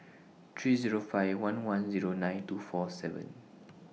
three Zero five one one Zero nine two four seven